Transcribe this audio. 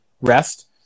Rest